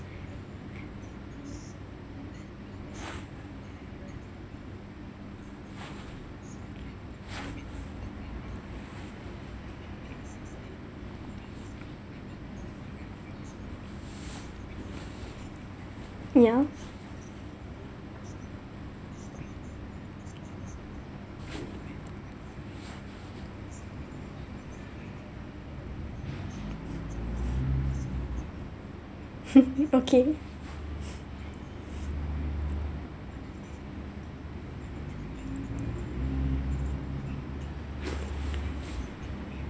yeah okay